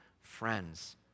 friends